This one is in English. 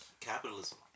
Capitalism